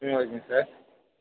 ம் okay sir